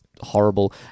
horrible